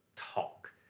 talk